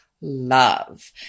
love